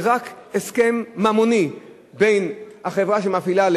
זה רק הסכם ממוני בין החברה שמפעילה,